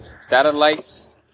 satellites